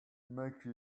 make